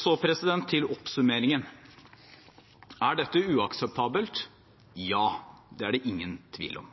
Så til oppsummeringen: Er dette uakseptabelt? Ja, det er det ingen tvil om.